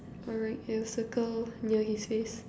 alright we'll circle near his face